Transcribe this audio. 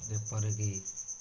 ଯେପରିକିି